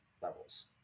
levels